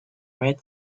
red